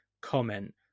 comment